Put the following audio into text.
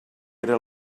era